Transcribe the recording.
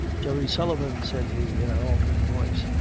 jerry sullivan, said he, in an altered voice,